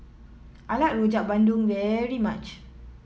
I like Rojak Bandung very much